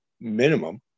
minimum